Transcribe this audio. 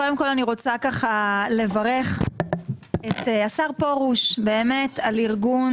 קודם כל אני רוצה לברך את השר פרוש על ארגון